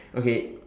okay